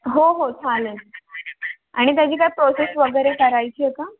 हो हो चालेल आणि त्याची काय प्रोसेस वगैरे करायची आहे का